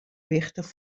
wichtich